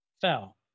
fell